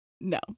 no